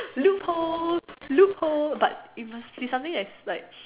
loop holes loop holes but it must be something that's like